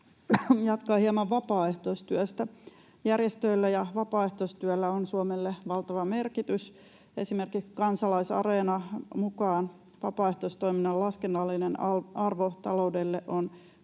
Jatkan hieman vapaaehtoistyöstä. Järjestöillä ja vapaaehtoistyöllä on Suomelle valtava merkitys. Esimerkiksi Kansalaisareenan mukaan vapaaehtoistoiminnan laskennallinen arvo taloudelle on